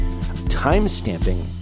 timestamping